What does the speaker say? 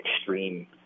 extreme